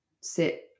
sit